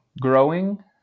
growing